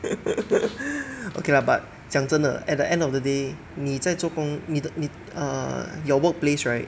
okay lah but 讲真的 at the end of the day 你在做工你你 err your workplace right